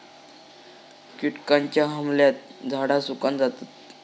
किटकांच्या हमल्यात झाडा सुकान जातत